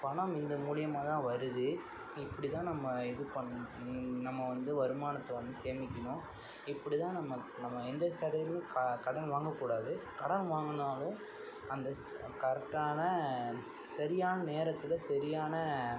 பணம் இந்த மூலியமாகதான் வருது இப்படிதான் நம்ம இது பண் நம்ம வந்து வருமானத்தை வந்து சேமிக்கணும் இப்படிதான் நம்ம நம்ம எந்த தடையிலும் கடன் வாங்கக்கூடாது கடன் வாங்குனாலும் அந்த கரெட்டான சரியான நேரத்தில் சரியான